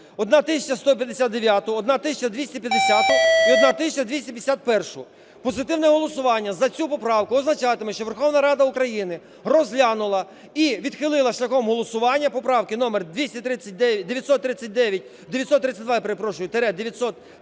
1159-у, 1250-у і 1251-у. Позитивне голосування за цю поправку означатиме, що Верховна Рада України розглянула і відхилила шляхом голосування поправки номер: 932-933,